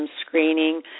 screening